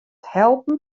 helpen